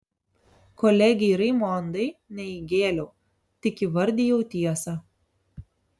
kolegei raimondai ne įgėliau tik įvardijau tiesą